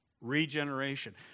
regeneration